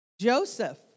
Joseph